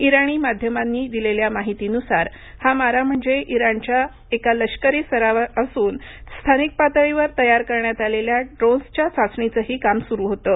इराणी माध्यमांनी दिलेल्या माहितीनुसार हा मारा म्हणजे इराणचा एक लष्करी उपक्रम असून स्थानिक पातळीवर तयार करण्यात आलेल्या ड्रोन्सच्या चाचणीचंही काम सुरू होतं